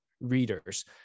readers